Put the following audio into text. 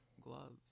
gloves